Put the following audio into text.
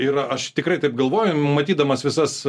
yra aš tikrai taip galvoju matydamas visas